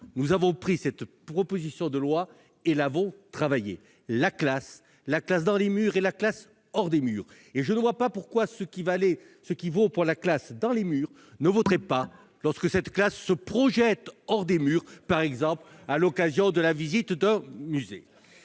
nous avons examiné cette proposition de loi et l'avons travaillée. La classe, c'est la classe dans les murs et hors les murs. Je ne vois pas pourquoi ce qui vaut pour la classe dans les murs ne vaudrait pas lorsque cette classe se déroule hors les murs, par exemple à l'occasion de la visite d'un musée.